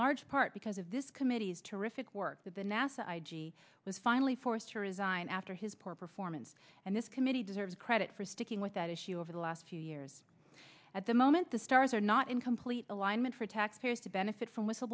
large part because of this committee's terrific work that the nasa i g was finally forced to resign after his poor performance and this committee deserves credit for sticking with that issue over the last two years at the moment the stars are not in complete alignment for taxpayers to benefit from whistle